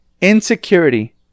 Insecurity